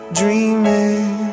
dreaming